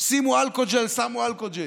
שימו אלכוג'ל, שמו אלכוג'ל,